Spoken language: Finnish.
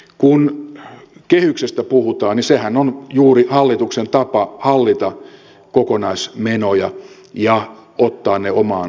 kun kehyksistä puhutaan niin sehän on juuri hallituksen tapa hallita kokonaismenoja ja ottaa ne omaan säätelyynsä